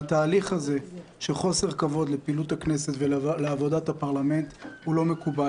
התהליך הזה של חוסר כבוד לפעילות הכנסת ולעבודת הפרלמנט הוא לא מקובל.